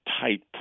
tight